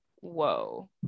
whoa